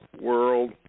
World